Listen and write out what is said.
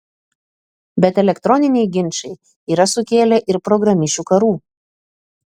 bet elektroniniai ginčai yra sukėlę ir programišių karų